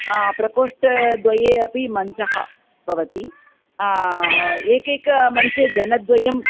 प्रकोष्ठद्वये अपि मञ्चः भवति एकैकमञ्चे जनद्वयं